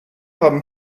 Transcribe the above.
haben